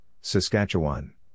Saskatchewan